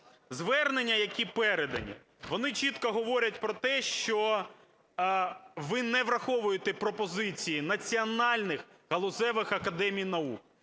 Звернення, які передані, вони чітко говорять про те, що ви не враховуєте пропозиції національних галузевих академій наук,